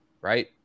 right